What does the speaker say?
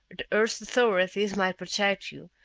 the earth authorities might protect you,